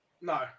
No